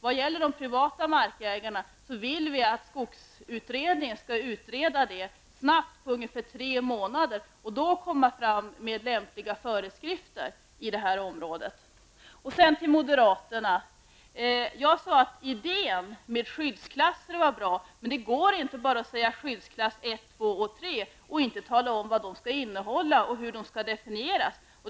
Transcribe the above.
Vi vill att skogsutredningen skall utreda det problem som gäller med de privata markägarna och att det skall ske snabbt, på ungefär tre månader, och att denna utredning skall ta fram lämpliga föreskrifter för detta område. Jag sade att idén med skyddsklasser var bra. Men det går inte att bara säga skyddsklass 1, 2 och 3 och inte tala om vad de skall innehålla och hur de skall definieras.